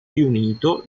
riunito